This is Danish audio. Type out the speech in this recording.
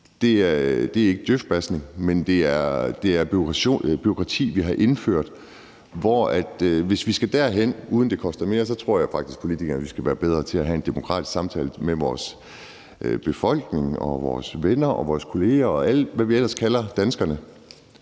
det er ikke djøfbashing, men det er bureaukrati, vi har indført, og jeg tror faktisk, at vi politikere, hvis vi skal derhen, uden at det koster mere, skal være bedre til at have en demokratisk samtale med vores befolkning, vores venner, vores kolleger, og hvad vi ellers kalder danskerne,